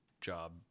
job